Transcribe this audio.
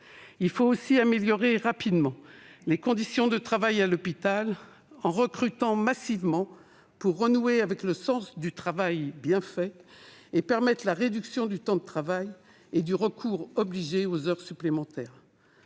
il faut aussi améliorer rapidement les conditions d'exercice à l'hôpital, en recrutant massivement pour renouer avec le sens du travail bien fait, et permettre la réduction du temps de travail et du recours obligé aux heures supplémentaires.